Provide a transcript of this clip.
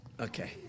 Okay